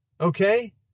okay